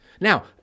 Now